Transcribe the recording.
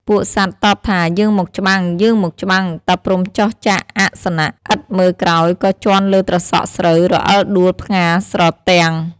ពួកសត្វតបថាយើងមកច្បាំងៗ តាព្រហ្មចុះចាកអាសនៈ ឥតមើលក្រោមក៏ជាន់លើត្រសក់ស្រូវរអិលដួលផ្ងារស្រទាំង។